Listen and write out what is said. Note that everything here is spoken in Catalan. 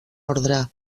ordre